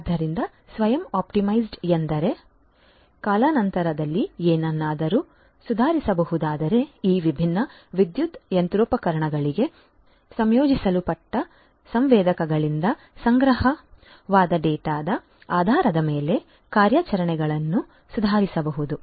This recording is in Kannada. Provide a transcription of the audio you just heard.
ಆದ್ದರಿಂದ ಸ್ವಯಂ ಆಪ್ಟಿಮೈಸ್ಡ್ ಎಂದರೆ ಕಾಲಾನಂತರದಲ್ಲಿ ಏನನ್ನಾದರೂ ಸುಧಾರಿಸಬಹುದಾದರೆ ಈ ವಿಭಿನ್ನ ವಿದ್ಯುತ್ ಯಂತ್ರೋಪಕರಣಗಳಿಗೆ ಸಂಯೋಜಿಸಲ್ಪಟ್ಟ ಸಂವೇದಕಗಳಿಂದ ಸಂಗ್ರಹಿಸಲಾದ ಡೇಟಾದ ಆಧಾರದ ಮೇಲೆ ಕಾರ್ಯಾಚರಣೆಗಳನ್ನು ಸುಧಾರಿಸಬಹುದು